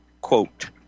quote